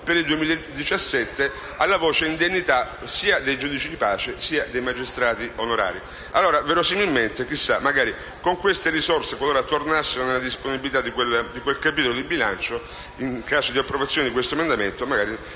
per il 2017 alla voce indennità sia dei giudici di pace che dei magistrati onorari. Verosimilmente, con queste risorse, qualora tornassero nella disponibilità di quel capitolo di bilancio in caso di approvazione di questo provvedimento, la